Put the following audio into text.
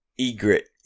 egret